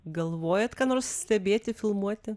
galvojat ką nors stebėti filmuoti